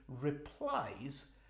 replies